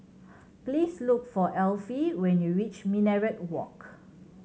please look for Elfie when you reach Minaret Walk